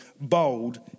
bold